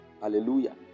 hallelujah